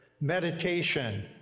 meditation